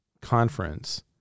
conference